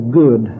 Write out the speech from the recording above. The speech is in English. good